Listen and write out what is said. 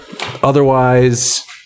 Otherwise